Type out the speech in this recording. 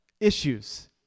issues